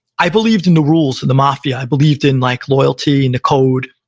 i believed in the rules of the mafia. i believed in like loyalty and the code,